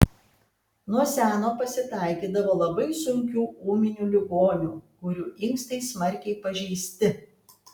nuo seno pasitaikydavo labai sunkių ūminių ligonių kurių inkstai smarkiai pažeisti